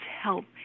help